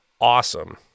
awesome